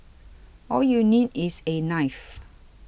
all you need is a knife